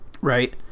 right